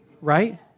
right